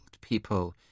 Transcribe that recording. people